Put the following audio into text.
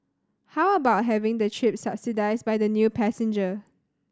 how about having their trip subsidised by the new passenger